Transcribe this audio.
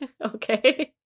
Okay